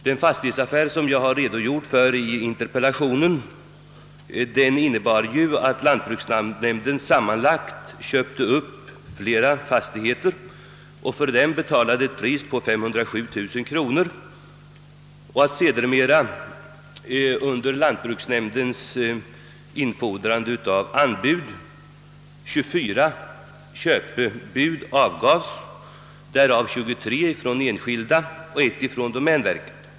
Den fastighetsaffär som jag redogjort för i interpellationen innebar att lantbruksnämnden sammanköpte flera fastigheter och för dem betalade 507 000 kronor. Vid lantbruksnämndens därefter gjorda anbudsinfordran avgavs 24 köpebud, därav 23 från enskilda och ett från domänverket.